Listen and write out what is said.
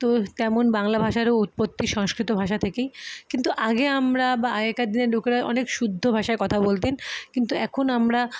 তো তেমন বাংলা ভাষারও উৎপত্তি সংস্কৃত ভাষা থেকেই কিন্তু আগে আমরা বা আগেকার দিনের লোকেরা অনেক শুদ্ধ ভাষায় কথা বলতেন কিন্তু এখন আমরা